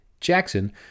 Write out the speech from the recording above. Jackson